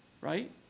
Right